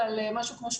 בהחלט,